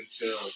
until-